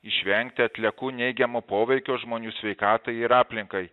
išvengti atliekų neigiamo poveikio žmonių sveikatai ir aplinkai